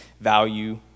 value